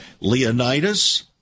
Leonidas